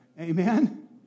Amen